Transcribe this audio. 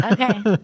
Okay